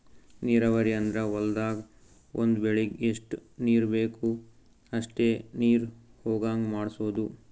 ನೀರಾವರಿ ಅಂದ್ರ ಹೊಲ್ದಾಗ್ ಒಂದ್ ಬೆಳಿಗ್ ಎಷ್ಟ್ ನೀರ್ ಬೇಕ್ ಅಷ್ಟೇ ನೀರ ಹೊಗಾಂಗ್ ಮಾಡ್ಸೋದು